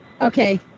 okay